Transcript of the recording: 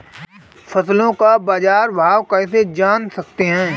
फसलों का बाज़ार भाव कैसे जान सकते हैं?